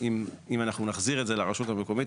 אם אנחנו נחזיר את זה לרשות המקומית,